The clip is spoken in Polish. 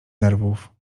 nerwów